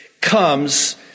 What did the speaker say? comes